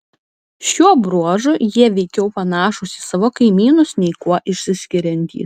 šiuo bruožu jie veikiau panašūs į savo kaimynus nei kuo išsiskiriantys